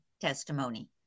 testimony